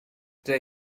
zij